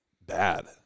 bad